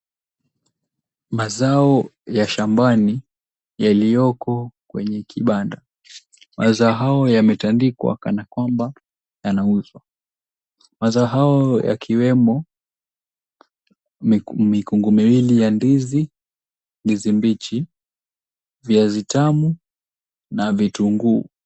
Mazao ya shambani, yaliyoko kwenye kibanda. Mazao yametandikwa kana kwamba yanauzwa. Mazao yakiwemo mikungu miwili ya ndizi, ndizi mbichi, viazi tamu na vitunguu.